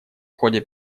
ходе